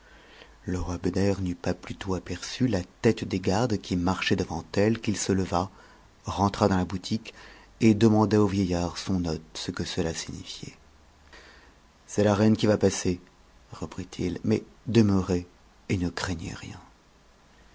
roi beder n'eut pas plutôt aperç la tête des gardes qui marchaient devant cite qu'il se leva rentra dans la boutique et demanda au vieillard son hôte ce que cela sigm a f c'est la reine qui va passer reprit-il mais demeurez et ne cratgnm rien